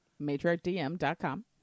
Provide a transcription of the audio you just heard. matriarchdm.com